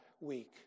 week